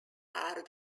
are